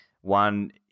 one